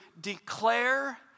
declare